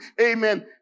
Amen